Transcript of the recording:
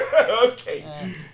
Okay